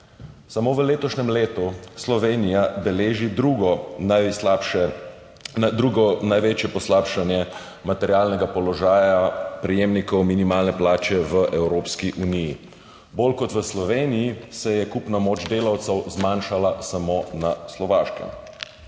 Samo v letošnjem letu Slovenija beleži drugo največje poslabšanje materialnega položaja prejemnikov minimalne plače v Evropski uniji. Bolj kot v Sloveniji se je kupna moč delavcev zmanjšala samo na Slovaškem.